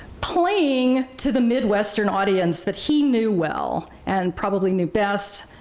playing to the midwestern audience that he knew well, and probably knew best,